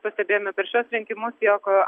pastebėjome per šiuos rinkimus jog